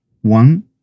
one